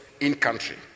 in-country